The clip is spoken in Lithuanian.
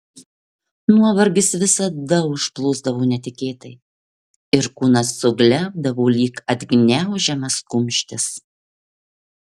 nuovargis visada užplūsdavo netikėtai ir kūnas suglebdavo lyg atgniaužiamas kumštis